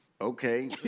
Okay